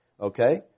Okay